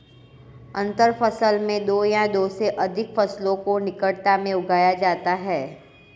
अंतर फसल में दो या दो से अघिक फसलों को निकटता में उगाया जाता है